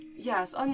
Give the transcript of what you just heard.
Yes